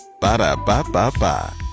Ba-da-ba-ba-ba